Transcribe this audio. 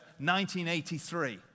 1983